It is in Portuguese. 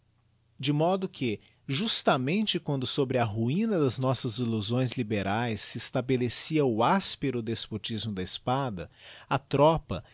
de modo que justamente quando sobre a ruina das nossas illusões liberaes se estabelecia o áspero despotismo da espada a tropa